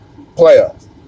playoffs